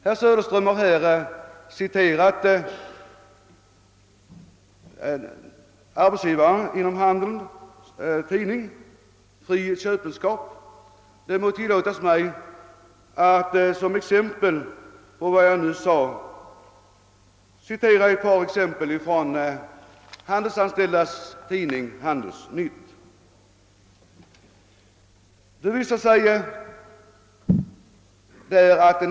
Herr Söderström har här citerat handelns arbetsgivares tidning Fri Köpenskap. Det må tillåtas mig att till belysning av vad jag nu sagt anföra ett par exempel ur Handelsanställdas förbunds tidning Handelsnytt.